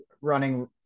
running